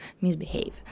misbehave